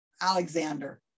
Alexander